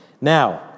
Now